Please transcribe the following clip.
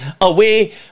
away